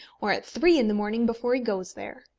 or at three in the morning before he goes there.